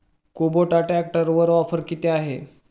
Kubota ट्रॅक्टरवर offer किती आहे?